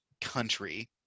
country